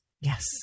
Yes